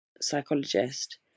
psychologist